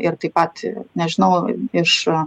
ir taip pat nežinau iš